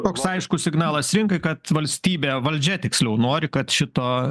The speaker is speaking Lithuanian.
toks aiškus signalas rinkai kad valstybė valdžia tiksliau nori kad šito